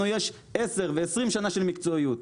לנו יש 10 ו-20 שנה של מקצועיות.